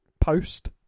post